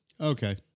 Okay